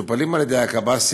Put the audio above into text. מטופלים על ידי הקב"סים